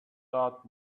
out